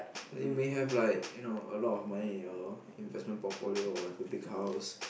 like you may have like you know a lot of money in your investment portfolio or have a big house